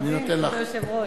כבוד היושב-ראש.